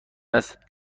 است